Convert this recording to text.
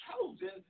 chosen